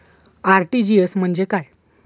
RTGS म्हणजे काय?